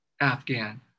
Afghan